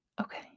okay